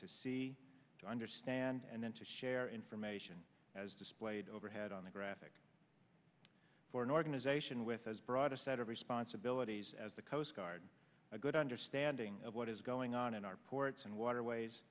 to see to understand and then to share information as displayed overhead on the graphic for an organization with as broad a set of responsibilities as the coast guard a good understanding of what is going on in our ports and waterways